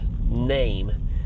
name